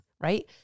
right